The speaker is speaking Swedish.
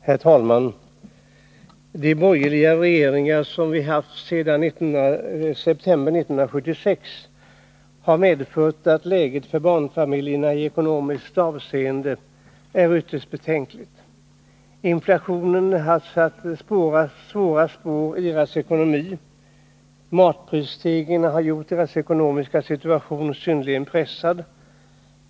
Herr talman! De borgerliga regeringar som vi har haft sedan september 1976 har gjort att läget för barnfamiljerna i ekonomiskt avseende är ytterst besvärligt. Inflationen har satt mycket djupa spår i deras ekonomi. Matprisstegringarna har gjort deras ekonomiska situation synnerligen pressad.